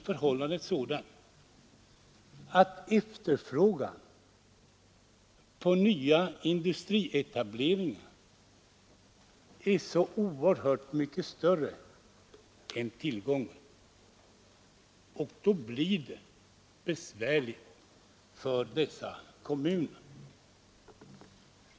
Förhållandet är emellertid det att efterfrågan på nya industrietableringar för närvarande är oerhört mycket större än tillgången. Därför blir det besvärligt för dessa kommuner.